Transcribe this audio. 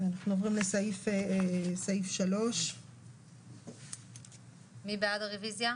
אנחנו עוברים לסעיף 3. מי בעד הרוויזיה?